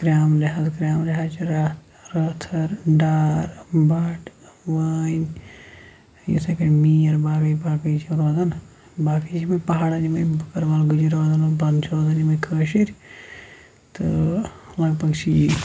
gram لحاظ گرٛامہٕ لِحاظ چھِ را رٲتھٕر ڈار بٹ وٲنۍ یِتھَے کٔنۍ میٖر باقٕے باقٕے چھِ روزان باقٕے چھِ یِمَے پہاڑَن یِمَے بٔکٕروال گُجِرۍ بۄنہٕ چھِ روزَن یِمَے کٲشِرۍ تہٕ لگ بگ چھِ یی